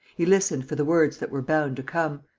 he listened for the words that were bound to come.